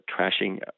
trashing